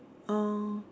oh